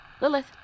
Lilith